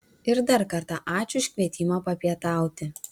ir dar kartą ačiū už kvietimą papietauti